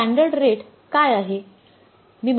standard rate काय आहे